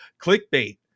clickbait